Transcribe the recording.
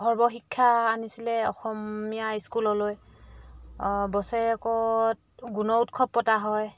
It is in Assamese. সৰ্বশিক্ষা আনিছিলে অসমীয়া স্কুললৈ বছৰেকত গুণ উৎসৱ পতা হয়